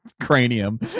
cranium